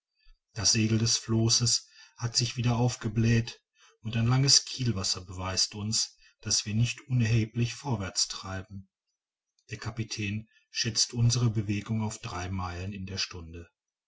das segel des flosses hat sich wieder aufgebläht und ein langes kielwasser beweist uns daß wir nicht unerheblich vorwärts treiben der kapitän schätzt unsere bewegung auf drei meilen in der stunde